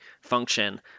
function